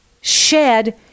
shed